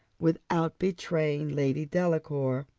without betraying lady delacour.